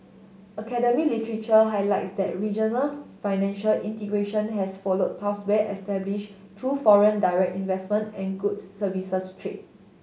academy literature highlights that regional financial integration has followed pathways established through foreign direct investment and goods services trade